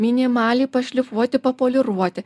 minimaliai pašlifuoti papoliruoti